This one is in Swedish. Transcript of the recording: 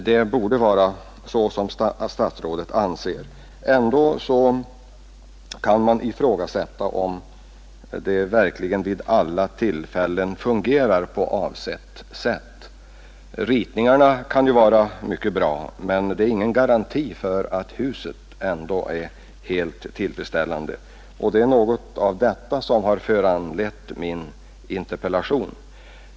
Det borde vara så som statsrådet anser. Ändå kan man ifrågasätta om det verkligen vid alla tillfällen fungerar som avsetts. Ritningarna för ett hus kan ju vara mycket bra, men det är ändå ingen garanti för att huset blir helt tillfredsställande. Det är en liknande tankegång som har föranlett min interpellation.